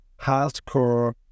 hardcore